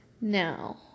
Now